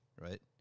right